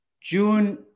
June